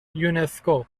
یونسکو